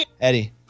Eddie